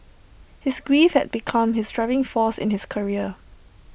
his grief had become his driving force in his career